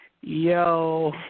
yo